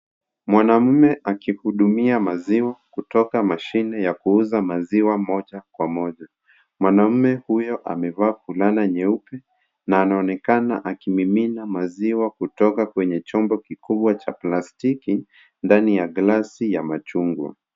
Mwanamume akihudumia maziwa kugoka mashine ya kuuza maziwa moja kwa moja. Mwanaume huyo amevaa fulana nyeupe na anaonekana akimimina maziwa kutoka kwenye chombo kikubwa cha plastiki ndani ya glasi ya machungwa.